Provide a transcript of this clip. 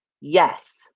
Yes